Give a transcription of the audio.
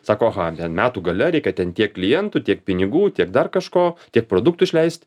sako aha ten metų gale reikia ten tiek klientų tiek pinigų tiek dar kažko tiek produktų išleist